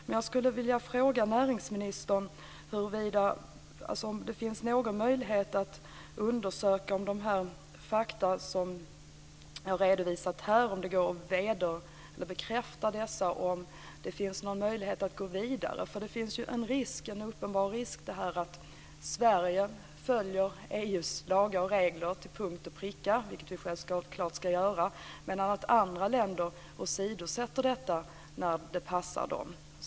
Men jag skulle vilja fråga näringsministern om det går att bekräfta de fakta som har redovisats här och om det finns någon möjlighet att gå vidare. Sverige följer EU:s lagar och regler till punkt och pricka, vilket vi självklart ska göra, men det finns en uppenbar risk att andra länder åsidosätter detta när det passar dem.